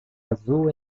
azul